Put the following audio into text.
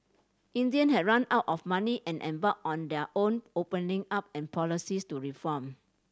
India had run out of money and embarked on their own opening up and policies to reform